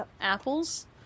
apples